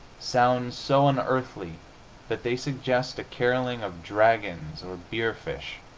sounds so unearthly that they suggest a caroling of dragons or bierfisch